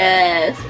Yes